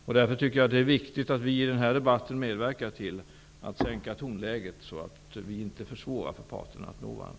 Det är därför viktigt att vi i denna debatt medverkar till att sänka tonläget så att vi inte försvårar för parterna att nå varandra.